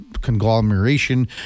conglomeration